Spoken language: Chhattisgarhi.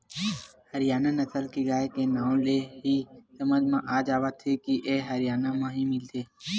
हरियाना नसल के गाय के नांवे ले ही समझ म आ जावत हे के ए ह हरयाना म ही मिलथे